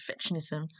perfectionism